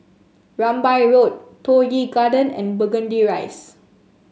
Rambai Road Toh Yi Garden and Burgundy Rise